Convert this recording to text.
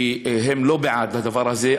הם לא בעד הדבר הזה,